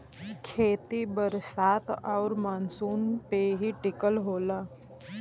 खेती बरसात आउर मानसून पे ही टिकल होला